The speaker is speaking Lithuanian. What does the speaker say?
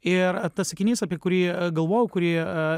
ir tas sakinys apie kurį galvojau kurį